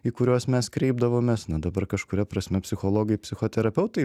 į kuriuos mes kreipdavomės na dabar kažkuria prasme psichologai psichoterapeutai